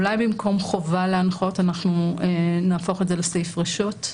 אולי במקום חובה להנחות אנחנו נהפוך את זה לסעיף רשות?